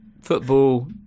football